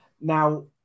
Now